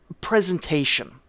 presentation